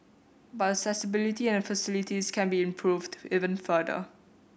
but accessibility and facilities can be improved even further